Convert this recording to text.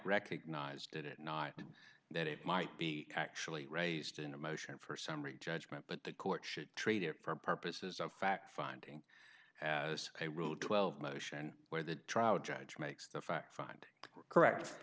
recognized it not that it might be actually raised in a motion for summary judgment but the court should trade it for purposes of fact finding as a rule twelve motion where the trial judge makes the fact find correct